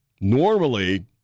Normally